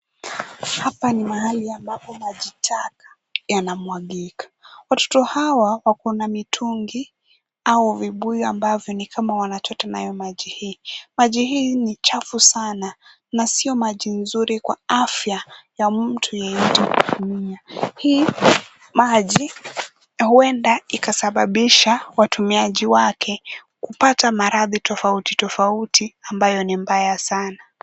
Hapa ni mahali ambapo maji taka yanamwagika. Watoto hawa wako na mitungi au vibuyu ambavyo ni kama wanachota nayo maji hii. Maji hii ni chafu sana na sio maji nzuri kwa afya ya mtu yeyote kukunywa. Hii maji huenda ikasababisha watumiaji wake kupata maradhi tofauti tofauti ambayo ni mbaya sana.